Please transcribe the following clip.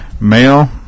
male